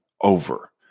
over